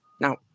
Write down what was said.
Now